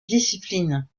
discipline